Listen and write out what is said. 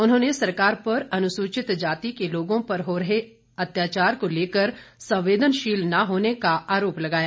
उन्होंने सरकार पर अनुसूचित जाति के लोगों पर हो रहे अत्याचार को लेकर संवेदनशील न होने का आरोप लगाया